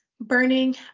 burning